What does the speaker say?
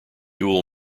dual